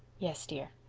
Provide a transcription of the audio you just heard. yes, dear.